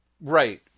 Right